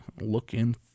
looking